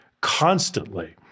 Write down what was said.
constantly